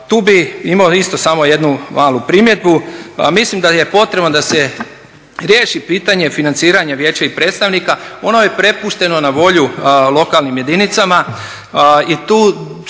tu bih imao isto samo jednu malu primjedbu. Pa mislim da je potrebno da se riješi pitanje financiranja vijeća i predstavnika. Ono je prepušteno na volju lokalnim jedinicama